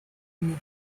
mot